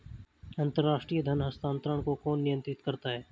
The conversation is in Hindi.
अंतर्राष्ट्रीय धन हस्तांतरण को कौन नियंत्रित करता है?